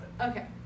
Okay